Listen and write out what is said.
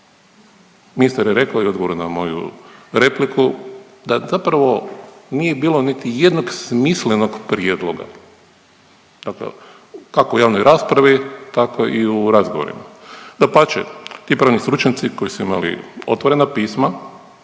Ministar je rekao i odgovorio na moju repliku da zapravo nije bilo niti jednog smislenog prijedloga, dakle kako u javnoj raspravi tako i u razgovorima. Dapače, ti pravni stručnjaci koji su imali otvorena pisma,